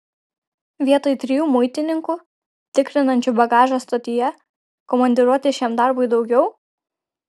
vietoj trijų muitininkų tikrinančių bagažą stotyje komandiruoti šiam darbui daugiau